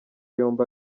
yombi